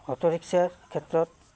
auto ৰিক্সাৰ ক্ষেত্ৰত